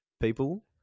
people